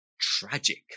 Tragic